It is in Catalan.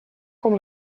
com